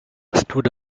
stood